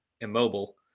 immobile